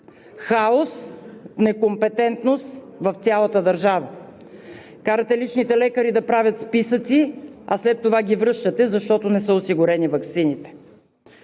хаос, некомпетентност в цялата държава. Карате личните лекари да правят списъци, а след това ги връщате, защото не са осигурени ваксините.